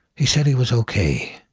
he said he was okay.